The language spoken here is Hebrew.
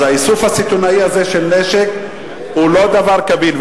אז האיסוף הסיטונאי הזה של נשק הוא לא דבר קביל,